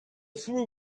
through